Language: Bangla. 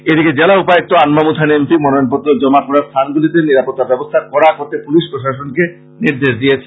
এদিকে জেলা উপায়ুক্ত আনবামুথান এম পি মনোনয়ন দাখিল করার স্থানগুলিতে নিরাপত্তা ব্যবস্থা কড়া করতে পুলিশ প্রশাসনকে নির্দেশ দিয়েছেন